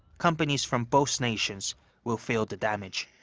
companies from both nations will feel the damage.